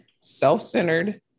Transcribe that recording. self-centered